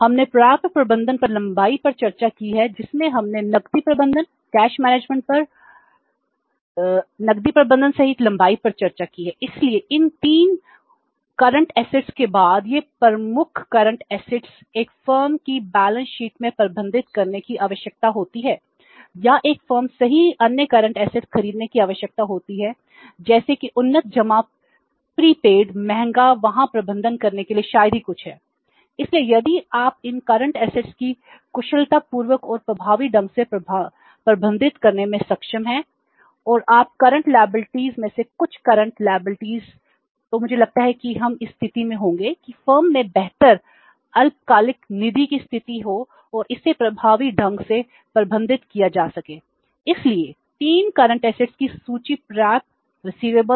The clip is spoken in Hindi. हमने प्राप्य प्रबंधन पर लंबाई पर चर्चा की है जिसमें हमने नकदी प्रबंधन को कुशलतापूर्वक और प्रभावी ढंग से प्रबंधित करने में सक्षम हैं